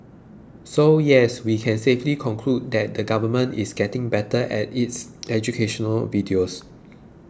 so yes we can safely conclude that the government is getting better at its educational videos